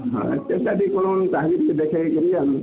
ଦେଖେଇକରି ଆମେ ଆନ୍ମୁ